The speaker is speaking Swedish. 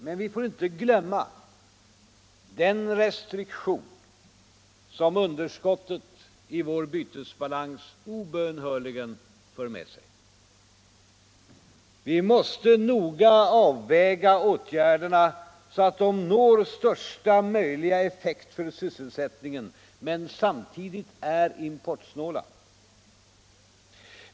Men vi får inte glömma den restriktion som underskottet i vår bytesbalans obönhörligen för med sig. Vi måste noga avväga åtgärderna, så att de når största möjliga effekt för sysselsättningen men samtidigt är importsnåla.